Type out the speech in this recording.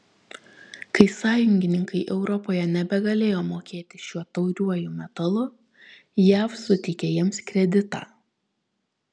kai sąjungininkai europoje nebegalėjo mokėti šiuo tauriuoju metalu jav suteikė jiems kreditą